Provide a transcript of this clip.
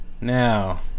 Now